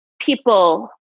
people